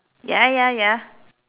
ya ya ya